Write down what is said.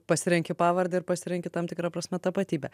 pasirenki pavardę ir pasirenki tam tikra prasme tapatybę